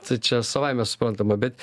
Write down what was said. tai čia savaime suprantama bet